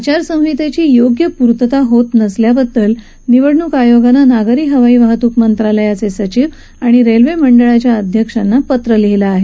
आचारसंहितेची योग्य पूर्तता होत नसल्याबद्दल निवडणूक आयोगानं नागरी हवाई वाहतूक मंत्रालयाचे सचिव आणि रेल्वे मंडळाच्या अध्यक्षांना पत्र लिहिलं आहे